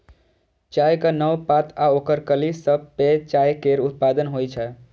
चायक नव पात आ ओकर कली सं पेय चाय केर उत्पादन होइ छै